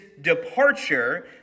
departure